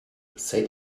seit